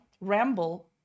ramble